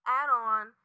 add-on